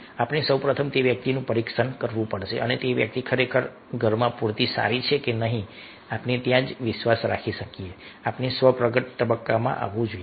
આપણે સૌપ્રથમ તે વ્યક્તિનું પરીક્ષણ કરવું પડશે કે તે વ્યક્તિ ખરેખર ઘરમાં પૂરતી સારી છે કે નહીં આપણે ત્યારે જ વિશ્વાસ રાખી શકીએ છીએ આપણે આ સ્વ પ્રગટ તબક્કામાં આવવું જોઈએ